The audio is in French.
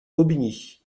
aubigny